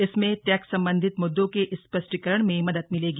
इसमें टैक्स संबंधित मुद्दों के स्पष्टीकरण में मदद मिलेगी